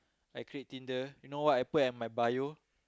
I create Tinder you know what I put at my bio